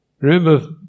Remember